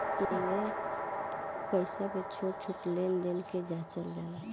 एइमे पईसा के छोट छोट लेन देन के जाचल जाला